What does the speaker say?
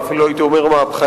ואפילו הייתי אומר מהפכנית,